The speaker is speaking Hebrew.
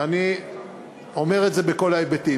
ואני אומר את זה בכל ההיבטים.